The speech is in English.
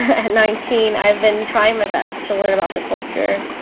at nineteen, i have been trying my best to learn about the culture.